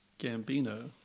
Gambino